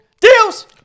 DEALS